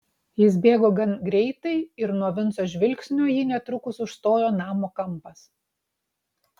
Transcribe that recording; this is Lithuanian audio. jis bėgo gan greitai ir nuo vinco žvilgsnio jį netrukus užstojo namo kampas